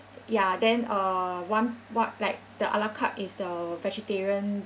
ya then uh one what like the a la carte is the vegetarian